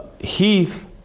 Heath